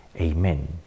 Amen